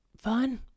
fun